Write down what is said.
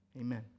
amen